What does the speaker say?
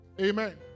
Amen